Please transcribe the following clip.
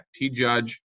tjudge